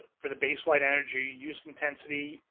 for the baseline energy use intensity,